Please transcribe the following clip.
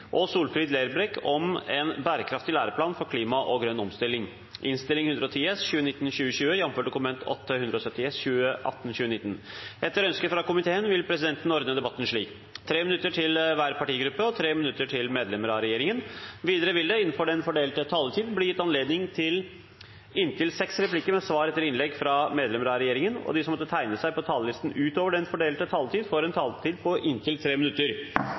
har ikke bedt om ordet til sak nr. 5. Ingen har bedt om ordet. Etter ønske fra justiskomiteen vil presidenten ordne debatten slik: 5 minutter til hver partigruppe og 5 minutter til medlemmer av regjeringen. Videre vil det – innenfor den fordelte taletid – bli gitt anledning til inntil fem replikker med svar etter innlegg fra medlemmer av regjeringen, og de som måtte tegne seg på talerlisten utover den fordelte taletid, får en taletid på inntil 3 minutter.